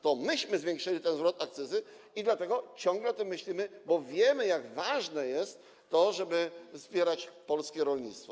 To myśmy zwiększyli ten zwrot akcyzy i dlatego ciągle o tym myślimy, bo wiemy, jak ważne jest to, żeby wspierać polskie rolnictwo.